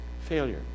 failure